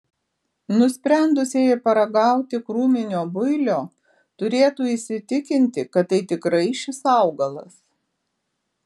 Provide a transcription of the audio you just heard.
nusprendusieji paragauti krūminio builio turėtų įsitikinti kad tai tikrai šis augalas